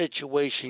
situation